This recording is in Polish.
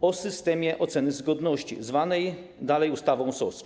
o systemie oceny zgodności, zwanej dalej ustawą SOZ.